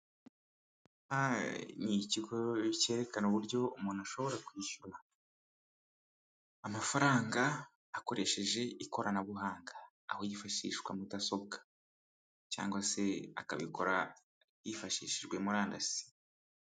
Ni ikigo cyerekana uburyo umuntu ashobora kwishyura amafaranga akoresheje ikoranabuhanga, aho yifashisha mudasobwa cyangwa se akabikora hifashishijwe murandasi.